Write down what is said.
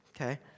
okay